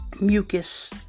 mucus